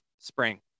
spring